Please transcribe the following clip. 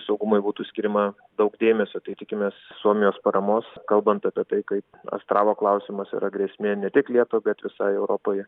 saugumui būtų skiriama daug dėmesio tai tikimės suomijos paramos kalbant apie tai kaip astravo klausimas yra grėsmė ne tik lietuvai bet visai europai